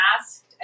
asked